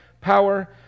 power